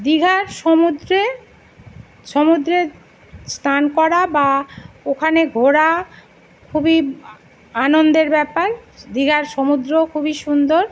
দীঘার সমুদ্রে সমুদ্রে স্নান করা বা ওখানে ঘোরা খুবই আনন্দের ব্যাপার দীঘার সমুদ্রও খুবই সুন্দর